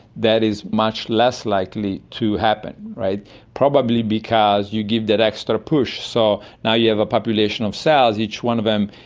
that is much less likely to happen, probably because you give that extra push. so now you have a population of cells, each one of them.